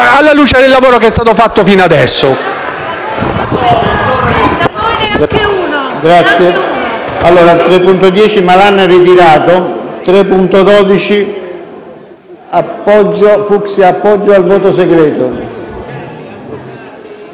alla luce del lavoro che è stato fatto fino adesso.